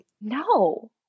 No